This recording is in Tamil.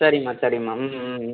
சரிம்மா சரிம்மா ம் ம் ம்